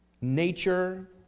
nature